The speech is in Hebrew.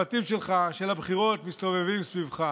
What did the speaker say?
ולא סתם הצוותים שלך של הבחירות מסתובבים סביבך.